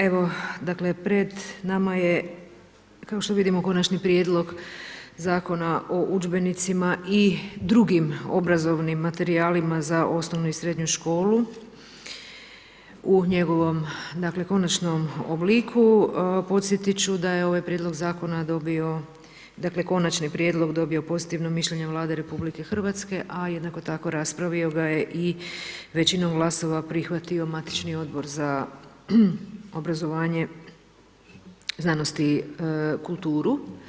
Evo dakle, pred nama je kao što vidimo Konačni prijedlog Zakona o udžbenicima i drugim obrazovnim materijalima za osnovnu i srednju školu u njegovom dakle konačnom obliku, podsjetit ću da je ovaj prijedlog zakona dobio dakle konačni prijedlog dobio pozitivno mišljenje Vlade RH, a jednako tako raspravio ga je i većinom glasova prihvatio matični Odbor za obrazovanje, znanost i kulturu.